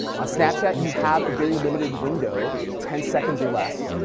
on snapchat, you have a very limited window, ten seconds or less,